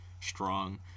strong